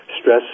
stress